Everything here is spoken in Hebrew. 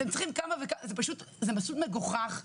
זה פשוט מגוחך.